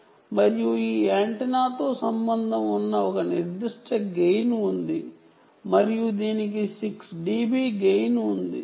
ఇది యాంటెన్నా మరియు ఈ యాంటెన్నాతో సంబంధం ఉన్న ఒక నిర్దిష్ట గెయిన్ ఉంది మరియు దీనికి 6 dBI గెయిన్ ఉంది